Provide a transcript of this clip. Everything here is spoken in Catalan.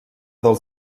del